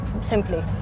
Simply